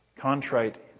contrite